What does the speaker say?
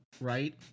right